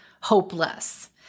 hopeless